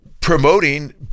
promoting